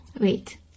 Wait